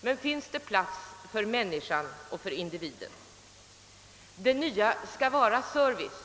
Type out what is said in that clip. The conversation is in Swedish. men finns det plats för mäninskan, för individen? Det nya skall vara service.